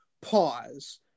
pause